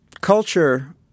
culture